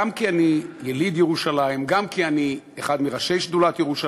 גם כי אני יליד ירושלים,